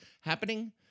happening